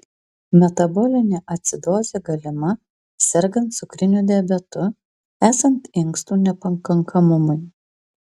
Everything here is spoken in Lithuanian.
metabolinė acidozė galima sergant cukriniu diabetu esant inkstų nepakankamumui